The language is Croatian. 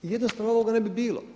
I jednostavno ovoga ne bi bilo.